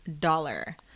dollar